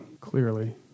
Clearly